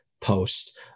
post